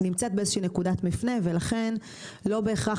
נמצאת באיזו שהיא נקודת מפנה ולכן לא בהכרח